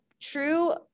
true